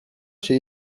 się